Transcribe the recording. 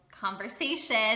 conversation